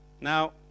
Now